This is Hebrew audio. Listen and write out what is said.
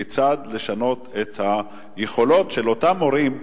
אלא כיצד לשנות את היכולות של אותם מורים,